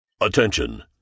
Attention